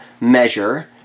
measure